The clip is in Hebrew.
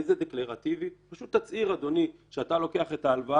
זה לעניין העסק שלו ומתי ללקוח לעומת התאגיד.